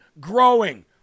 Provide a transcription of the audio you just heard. growing